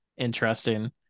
Interesting